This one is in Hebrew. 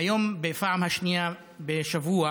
היום בפעם השנייה בשבוע